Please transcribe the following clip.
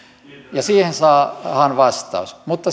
ja siihen saadaan vastaus mutta